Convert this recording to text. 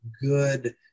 good